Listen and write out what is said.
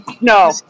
No